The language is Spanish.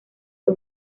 fue